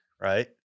Right